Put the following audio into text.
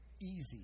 Easy